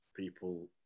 People